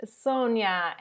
Sonia